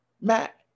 Matt